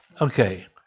Okay